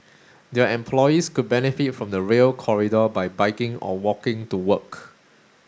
their employees could benefit from the Rail Corridor by biking or walking to work